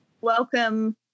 welcome